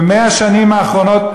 ב-100 השנים האחרונות,